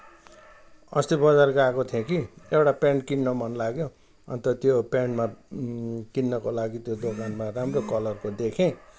अस्ति बजार गएको थिएँ कि एउटा पेन्ट किन्न मनलाग्यो अन्त त्यो पेन्टमा किन्नको लागि त्यो दोकानमा राम्रो कलरको देखेँ